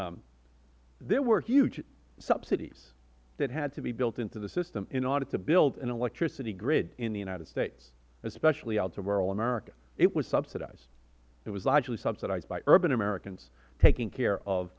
there were huge subsidies that had to be built into the system in order to build an electricity grid in the united states especially out to rural america it was subsidized it was largely subsidized by urban americans taking care of